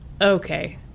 okay